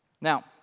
Now